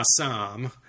Assam